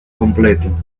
completo